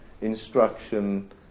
instruction